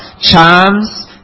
charms